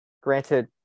Granted